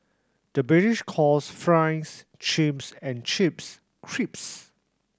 the British calls fries chips and chips crisps